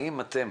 האם אתם